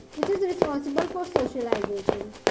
which is responsible for socialization.